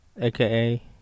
AKA